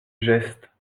geste